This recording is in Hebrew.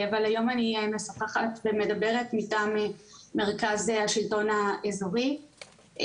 אבל היום אני משוחחת ומדברת מטעם מרכז השלטון האזורי.